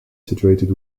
situated